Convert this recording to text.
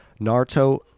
Naruto